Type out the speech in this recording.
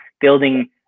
building